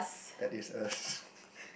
that is a s~